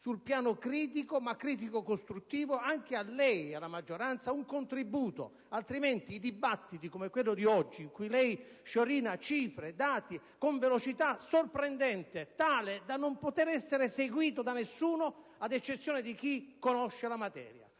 sul piano critico, ma critico-costruttivo, anche a lei e alla maggioranza, un contributo; altrimenti, i dibattiti sono come quello di oggi, in cui lei sciorina cifre e dati con velocità sorprendente, tale da non poter essere seguito da nessuno, ad eccezione di chi conosce la materia,